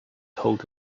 told